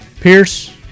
Pierce